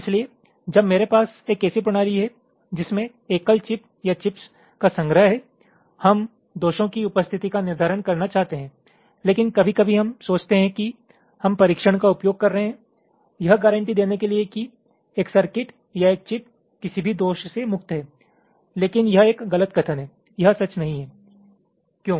इसलिए जब मेरे पास एक ऐसी प्रणाली है जिसमे एकल चिप या चिप्स का संग्रह है हम दोषों की उपस्थिति का निर्धारण करना चाहते हैं लेकिन कभी कभी हम सोचते हैं कि हम परीक्षण का उपयोग कर रहे हैं यह गारंटी देने के लिए कि एक सर्किट या एक चिप किसी भी दोष से मुक्त है लेकिन यह एक गलत कथन है यह सच नहीं है क्यों